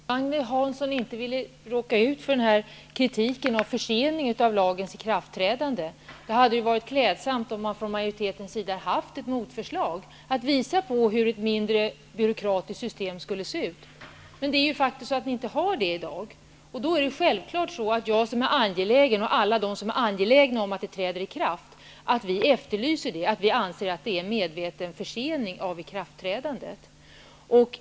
Herr talman! Om Agne Hansson inte vill råka ut för att bli kritiserad för försening av lagens ikraftträdande, hade det ju varit klädsamt om majoriteten hade haft ett motförslag, så att han hade kunnat visa på hur ett mindre byråkratiskt system skulle se ut. Men det har ni ju faktiskt inte i dag, och då är det självklart för mig och för alla andra som är angelägna om att lagen träder i kraft att anse att det är fråga om en medveten försening av ikraftträdandet.